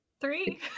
Three